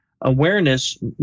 Awareness